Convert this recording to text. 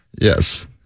Yes